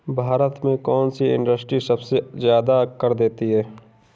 भारत में कौन सी इंडस्ट्री सबसे ज्यादा कर देती है?